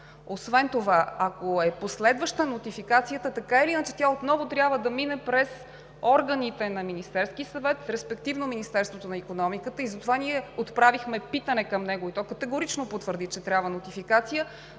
Освен това, ако е последваща нотификацията, така или иначе тя отново трябва да мине през органите на Министерския съвет, респективно Министерството на икономиката и затова ние отправихме питане към него и то категорично потвърди, че трябва нотификация,